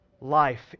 life